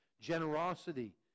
generosity